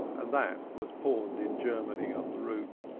and that was pawned in germany on the route.